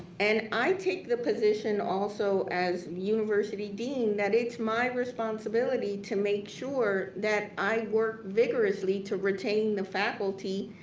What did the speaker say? and i take the position also as university dean that it's my responsibility to make sure that i work vigorously to retain the faculty.